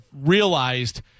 realized